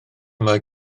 mae